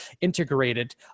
integrated